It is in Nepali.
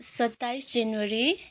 सत्ताइस जनवरी